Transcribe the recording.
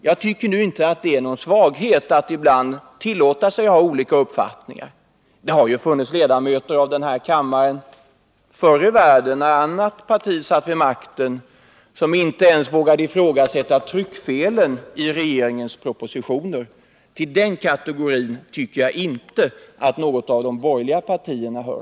Jag tycker inte att det är någon svaghet attibland tillåta sig att ha olika uppfattningar. Förr i världen, när ett annat parti satt vid makten, fanns det i denna kammare ledamöter som inte ens vågade ifrågasätta tryckfelen i regeringens propositioner. Till den kategorin tycker jag inte att några av de borgerliga ledamöterna hör.